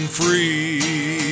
free